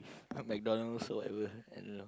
not McDonalds or whatever